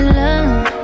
love